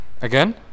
again